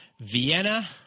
Vienna